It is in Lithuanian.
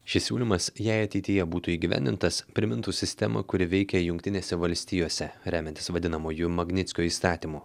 šis siūlymas jei ateityje būtų įgyvendintas primintų sistemą kuri veikia jungtinėse valstijose remiantis vadinamuoju magnickio įstatymu